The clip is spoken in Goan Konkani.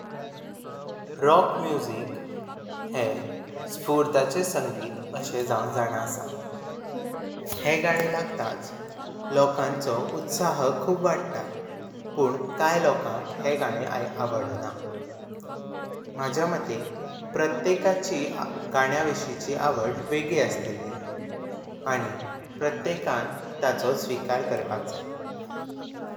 रॉक म्यूजिक हेँ स्फूर्ताचे संगीत आहे जावं जाणं आसं हेँ। गाणे लागताच लोकांचा उत्साह खुब वाढता पण काई लोकांक हेँ। गाणे ऐकपाक आवडना, माझ्या मती प्रत्येकाची गाण्या विषयीची आवड वेगळी असतली आनी प्रत्येकान ताचो स्वीकार करपाक जाई।